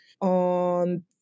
on